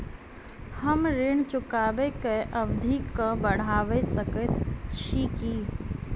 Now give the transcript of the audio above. हम ऋण चुकाबै केँ अवधि केँ बढ़ाबी सकैत छी की?